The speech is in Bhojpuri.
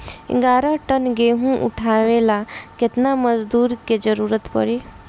ग्यारह टन गेहूं उठावेला केतना मजदूर के जरुरत पूरी?